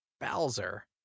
Bowser